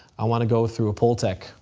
i want to go through a pole tech,